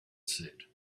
said